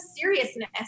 seriousness